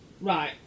Right